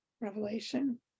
revelation